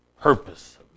Purpose